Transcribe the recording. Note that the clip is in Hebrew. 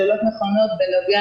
שאלות נכונות בנוגע